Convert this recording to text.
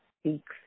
speaks